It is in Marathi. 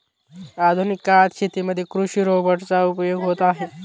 आधुनिक काळात शेतीमध्ये कृषि रोबोट चा उपयोग होत आहे